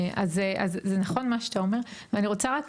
אז זה נכון מה שאתה אומר ואני רוצה רק